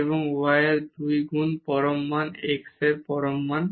এবং যা y এর 2 গুণ x পরম মান এর সমান